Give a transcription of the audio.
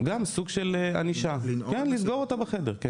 סוג של ענישה, לסגור אותה בחדר.